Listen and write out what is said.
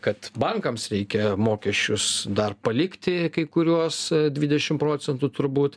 kad bankams reikia mokesčius dar palikti kai kuriuos dvidešim procentų turbūt